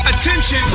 Attention